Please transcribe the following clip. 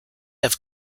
have